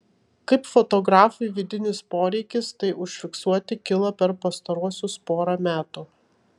kaip fotografui vidinis poreikis tai užfiksuoti kilo per pastaruosius porą metų